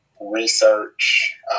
research